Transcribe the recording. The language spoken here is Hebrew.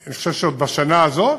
אני חושב שעוד בשנה הזאת,